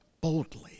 boldly